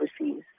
overseas